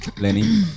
lenny